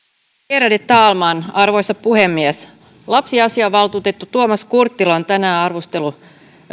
värderade talman arvoisa puhemies lapsiasiavaltuutettu tuomas kurttila on tänään arvostellut